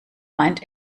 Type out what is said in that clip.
meint